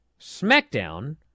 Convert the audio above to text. SmackDown